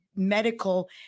medical